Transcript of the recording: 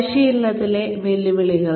പരിശീലനത്തിലെ വെല്ലുവിളികൾ